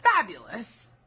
fabulous